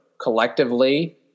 collectively